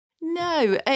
no